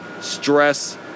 stress